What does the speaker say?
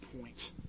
point